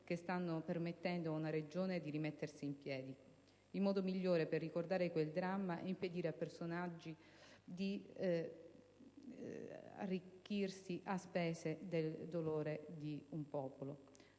che stanno permettendo a una Regione di rimettersi in piedi. Il modo migliore per ricordare quel dramma è impedire a certi personaggi di arricchirsi a spese del dolore di un popolo.